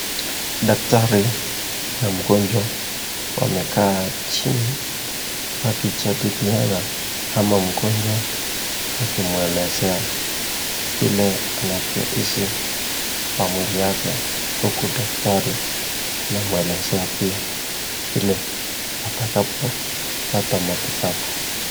Daktari na mgonjwa wamekaa chini wakijadiliana ama mgonjwa akimuelezea vile anavyo hisi kwa mwili wake, huku daktari anamuelezea pia vile atakavyo pata matibabu.